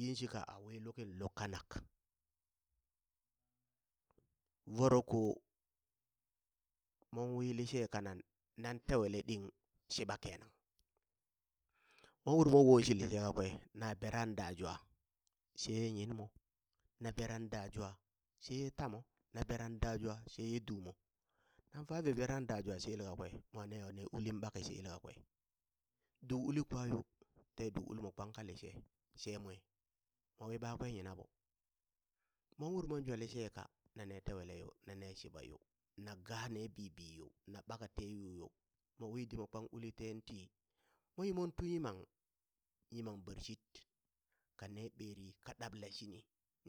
Yinshika awi lukin luk kanak voroko mon wi lishe kanan nan tewele ɗing shiɓa kenan mon uri mon wooŋshi lishe kakwe na beran dajwa she ye yinmo na beran dajwa sheye tamo na beran dajwa sheye dumo nan feve beran da jwa she yelakwe mo neha ne ulin bake she yelakwe? du uli kwa yo, te du uli mo kpang ka lishe she mwe, mowi kakwe yinaɓo, mon ur mon jwa lishe ka nane twele yo nane shiɓayo na gaa nee bibi yo na ɓaka te yu yo mowi dimo kpang ulin ten ti, mon yi mon tu yimang, yimang bershit ka ne ɓeri ka ɗaɓla shini